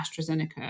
AstraZeneca